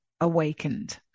awakened